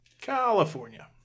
California